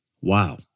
Wow